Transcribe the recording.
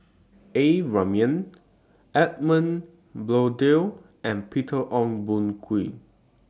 A Ramli Edmund Blundell and Peter Ong Boon Kwee